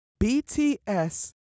BTS